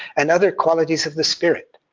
and other qualities of the spirit.